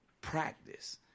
practice